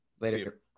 Later